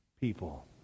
people